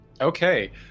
okay